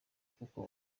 kuko